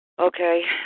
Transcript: Okay